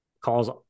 calls